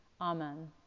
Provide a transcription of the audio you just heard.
Amen